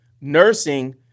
nursing